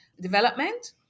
development